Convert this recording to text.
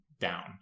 down